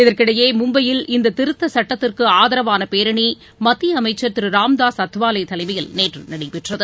இதற்கிடையே இந்ததிருத்தசட்டத்திற்குஆதரவானபேரணி மத்தியஅமைச்சர் திருராம்தாஸ் அத்வாலேதலைமையில் நேற்றுநடைபெற்றது